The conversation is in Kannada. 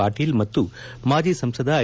ಪಾಟೀಲ ಮತ್ತು ಮಾಜಿ ಸಂಸದ ಐ